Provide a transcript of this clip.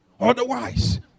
Otherwise